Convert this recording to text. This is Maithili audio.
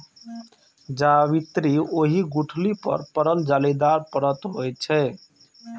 जावित्री ओहि गुठली पर पड़ल जालीदार परत होइ छै